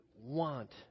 want